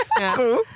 school